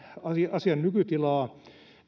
asian nykytilaa